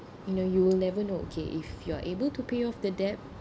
you know you will never know okay if you are able to pay off the debt